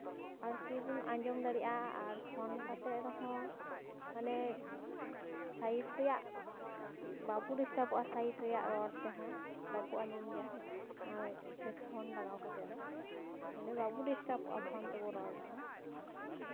ᱟᱨᱠᱤ ᱵᱚᱱ ᱟᱸᱡᱚᱢ ᱫᱟᱲᱮᱭᱟᱜᱼᱟ ᱟᱨ ᱯᱷᱳᱱ ᱠᱟᱛᱮᱜ ᱨᱮᱦᱚᱸ ᱢᱟᱱᱮ ᱥᱟᱭᱤᱰ ᱨᱮᱭᱟᱜ ᱵᱟᱠᱚ ᱰᱤᱥᱴᱟᱵᱽ ᱚᱜᱼᱟ ᱥᱟᱭᱤᱰ ᱨᱮᱭᱟᱜ ᱨᱚᱲ ᱛᱮᱦᱚᱸ ᱵᱟᱵᱚ ᱟᱸᱡᱚᱢ ᱜᱮᱭᱟ ᱱᱚᱣᱟ ᱦᱮᱰᱯᱷᱳᱱ ᱞᱟᱜᱟᱣ ᱠᱟᱛᱮᱫ ᱫᱚ ᱢᱟᱱᱮ ᱵᱟᱵᱚ ᱰᱤᱥᱴᱟᱵᱽ ᱚᱜᱼᱟ ᱯᱷᱳᱱ ᱛᱮᱵᱚ ᱨᱚᱲ ᱨᱮᱦᱚᱸ